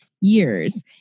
years